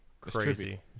crazy